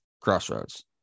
crossroads